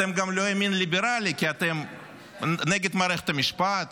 אתם גם לא ימין ליברלי, כי אתם נגד מערכת המשפט